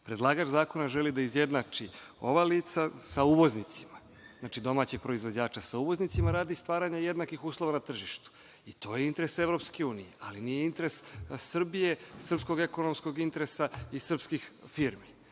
Predlagač zakona želi da izjednači ova lica sa uvoznicima, domaćeg proizvođača sa uvoznicima, a radi stvaranja jednakih uslova na tržištu. To je interes EU, ali nije interes Srbije, srpskog ekonomskog interesa i srpskih firmi.